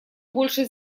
больше